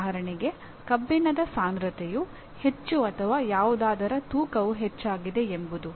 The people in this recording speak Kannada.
ಉದಾಹರಣೆಗೆ ಕಬ್ಬಿಣದ ಸಾಂದ್ರತೆಯು ಹೆಚ್ಚು ಅಥವಾ ಯಾವುದಾದರ ತೂಕವು ಹೆಚ್ಚಾಗಿದೆ ಎಂಬುದು